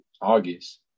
August